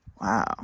Wow